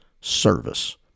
service